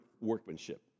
workmanship